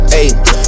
ayy